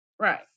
Right